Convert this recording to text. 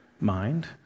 mind